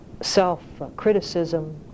self-criticism